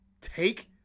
take